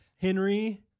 Henry